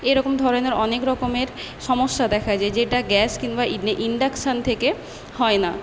এরকম ধরনের অনেক রকমের সমস্যা দেখা যায় যেটা গ্যাস কিনবা ইডনে ইন্ডাকশান থেকে হয় না